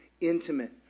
intimate